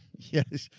yes.